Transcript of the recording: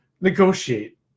negotiate